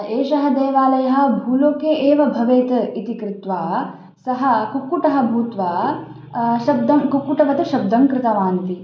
एषः देवालयः भूलोके एव भवेत् इति कृत्वा सः कुक्कुटः भूत्वा शब्दं कुक्कुटवत् शब्दं कृतवानिति